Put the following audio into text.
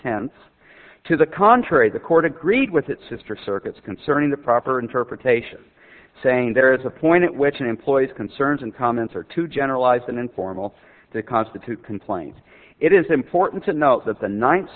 tense to the contrary the court agreed with its sister circuits concerning the proper interpretation saying there is a point at which an employee's concerns and comments are too generalized and informal to constitute complaint it is important to note that the ninth